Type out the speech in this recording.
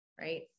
right